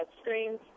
screens